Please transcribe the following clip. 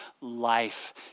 life